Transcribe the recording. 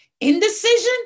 indecision